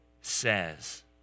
says